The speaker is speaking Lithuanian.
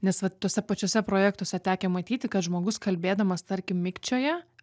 nes vat tuose pačiuose projektuose tekę matyti kad žmogus kalbėdamas tarkim mikčioja